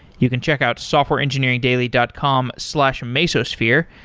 you can check out softwareengineeringdaily dot com slash mesosphere,